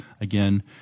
again